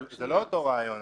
זה לא אותו רעיון.